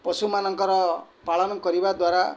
ପଶୁମାନଙ୍କର ପାଳନ କରିବା ଦ୍ୱାରା